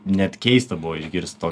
net keista buvo išgirst to